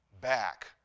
back